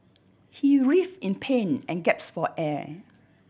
he writhe in pain and gaps for air